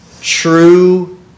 true